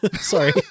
Sorry